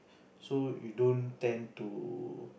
so you don't tend to